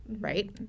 right